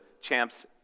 Champs